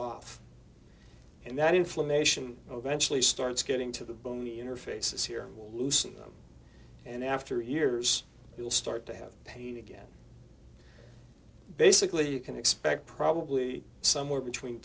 off and that inflammation ok actually starts getting to the bone the interfaces here will loosen them and after years you'll start to have pain again basically you can expect probably somewhere between